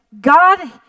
God